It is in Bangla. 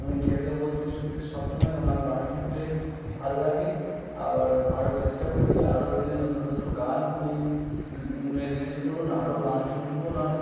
আমি খেতে বসতে শুতে সবসময় ওনার গান শুনতে ভাল লাগে আবার আরও চেষ্টা করছি আরও যদি নতুন নতুন গান উনি রিলিস করুন আরও গান শুনবো ওনার